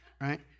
right